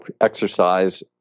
exercise